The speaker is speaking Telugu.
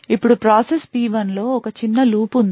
ఇప్పుడు ప్రాసెస్ P1 లో ఒక చిన్న లూప్ ఉంది